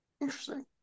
Interesting